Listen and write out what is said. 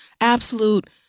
absolute